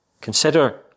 Consider